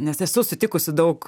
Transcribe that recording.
nes esu sutikusi daug